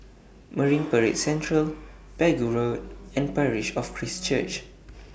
Marine Parade Central Pegu Road and Parish of Christ Church